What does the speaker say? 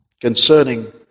concerning